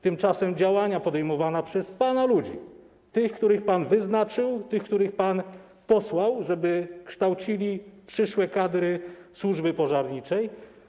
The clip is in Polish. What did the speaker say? Tymczasem działania podejmowane przez pana ludzi - tych, których pan wyznaczył, tych, których pan posłał, żeby kształcili przyszłe kadry służby pożarniczej.